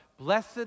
Blessed